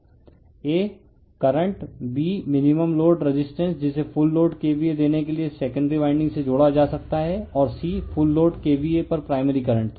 aकरंट b minimum load resistance जिसे full load KVA देने के लिए सेकेंडरी वाइंडिंग से जोड़ा जा सकता है और c फुल लोड KVA पर प्राइमरी करंट